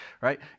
right